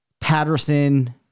Patterson